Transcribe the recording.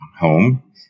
home